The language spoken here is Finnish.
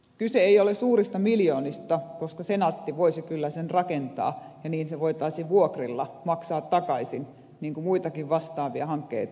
kyse ei ole suurista miljoonista koska senaatti voisi kyllä sen rakentaa ja se voitaisiin vuokrilla maksaa takaisin niin kuin muitakin vastaavia hankkeita on tehty